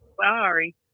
Sorry